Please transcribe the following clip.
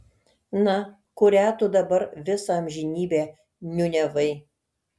na kurią tu dabar visą amžinybę niūniavai